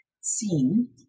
seen